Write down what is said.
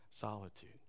Solitude